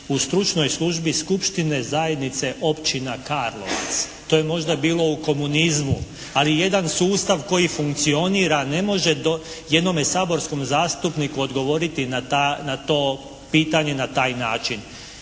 u stručnoj službi skupštine zajednice općina Karlovac. To je možda bilo u komunizmu, ali jedan sustav koji funkcionira ne može jednome saborskom zastupniku odgovoriti na to pitanje na taj način.